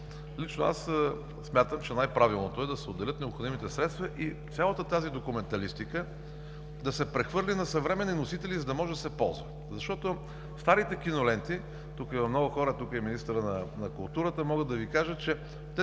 лично аз смятам, че най-правилното е да се отделят необходимите средства и цялата тази документалистика да се прехвърли на съвременни носители, за да може да се ползва. Защото старите кино ленти – тук има много хора, тук е и министърът на културата, могат да Ви кажат, че те